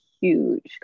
huge